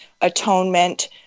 atonement